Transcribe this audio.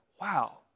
wow